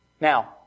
Now